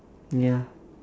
ya